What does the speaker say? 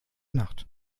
nacht